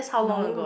no